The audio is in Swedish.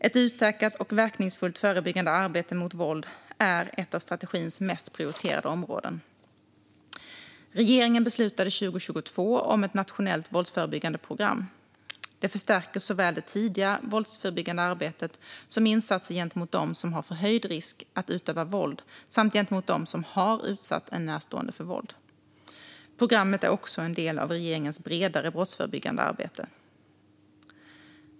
Ett utökat och verkningsfullt förebyggande arbete mot våld är ett av strategins mest prioriterade områden. Regeringen beslutade 2022 om ett nationellt våldsförebyggande program. Det förstärker såväl det tidiga våldsförebyggande arbetet som insatser gentemot dem som har förhöjd risk att utöva våld samt gentemot dem som har utsatt en närstående för våld. Programmet är också en del av regeringens bredare brottsförebyggande arbete.